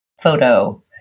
photo